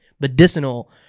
medicinal